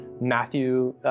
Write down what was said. Matthew